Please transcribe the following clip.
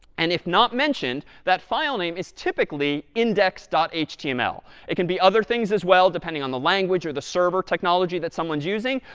and if not mentioned, that file name is typically index html. it can be other things as well depending on the language or the server technology that someone's using.